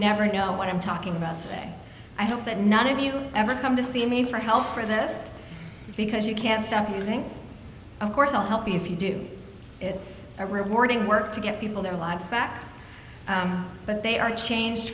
never know what i'm talking about today i hope that none of you ever come to see me for help for this because you can stuff you think of course i'll help you if you do it's a rewarding work to get people their lives back but they are changed